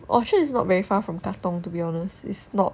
orchard is not very far from katong to be honest it's not